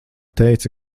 teici